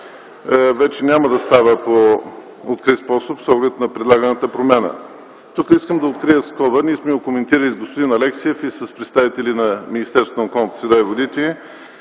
вече няма да става по открит способ с оглед на предлаганата промяна. Тук искам да отворя скоба, ние сме го коментирали с господин Алексиев и с представители на Министерството на околната среда и водите.